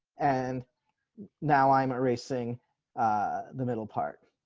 and now i'm erasing the middle part